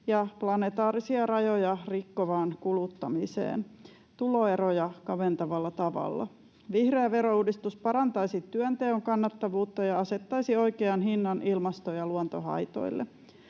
ja planetaarisia rajoja rikkovaan kuluttamiseen tuloeroja kaventavalla tavalla. Vihreä verouudistus parantaisi työnteon kannattavuutta ja asettaisi oikean hinnan ilmasto- ja luontohaitoille.